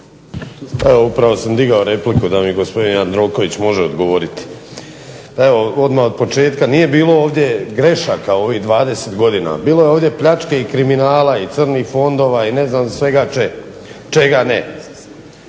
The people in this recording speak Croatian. evo upravo sam digao repliku da mi gospodin Jandroković može odgovoriti. Evo odmah od početka nije bilo ovdje grešaka u ovih 20 godina, bilo je ovdje pljačke i kriminala i crnih fondova i ne znam čega sve ne.